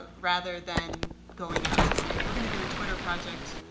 rather than going out to say, we're going to do a twitter project.